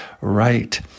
right